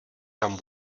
tam